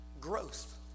growth